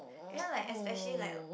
ya like especially like